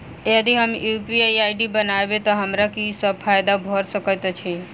यदि हम UPI ID बनाबै तऽ हमरा की सब फायदा भऽ सकैत अछि?